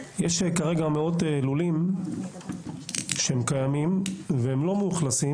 יש כרגע מאות לולים שהם קיימים והם לא מאוכלסים